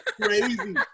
crazy